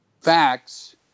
facts